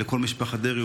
לכל משפחת דרעי,